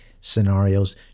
scenarios